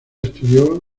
estudió